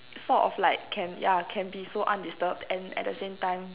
sort of like can ya can be so undisturbed and at the same time